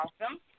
awesome